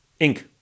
Inc